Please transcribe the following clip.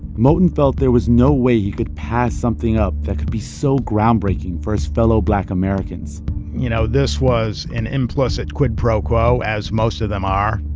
moton felt there was no way he could pass something up that could be so groundbreaking for his fellow black americans you know, this was an implicit quid pro quo, as most of them are.